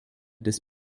des